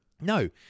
No